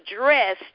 dressed